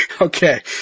Okay